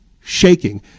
shaking